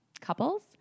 Couples